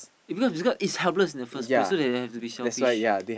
it's because because it's helpless in the first place so they they have to be selfish